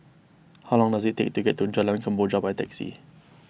how long does it take to get to Jalan Kemboja by taxi